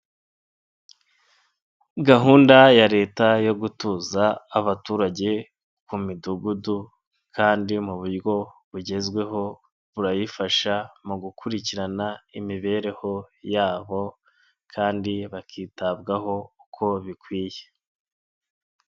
Gahunda ya Leta yo gutuza abaturage ku midugudu kandi mu buryo bugezweho burayifasha mu gukurikirana imibereho yabo kandi bakitabwaho uko bikwiye.